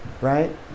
right